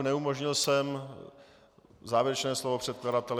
Neumožnil jsem závěrečné slovo předkladatele.